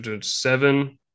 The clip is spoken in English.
Seven